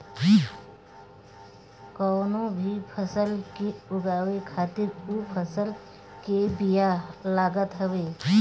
कवनो भी फसल के उगावे खातिर उ फसल के बिया लागत हवे